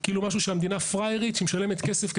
הייתי מצפה אבל כמינהל התכנון שיודע שגם